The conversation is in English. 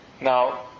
now